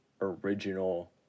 Original